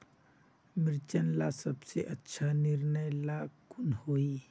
मिर्चन ला सबसे अच्छा निर्णय ला कुन होई?